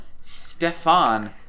Stefan